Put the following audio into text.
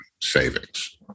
savings